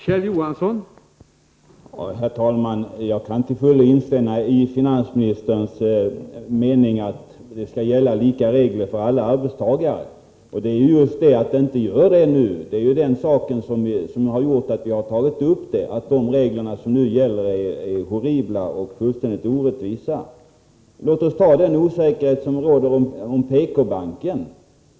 Herr talman! Jag kan till fullo instämma i finansministerns mening att lika regler skall gälla för alla arbetstagare. Just det förhållandet att det nu inte gör det har gjort att vi har tagit upp frågan. De regler som nu gäller är horribla och fullständigt orättvisa. Låt mig som exempel nämna den osäkerhet som råder när det gäller PK-banken.